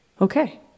Okay